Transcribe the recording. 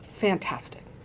fantastic